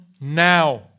now